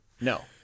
No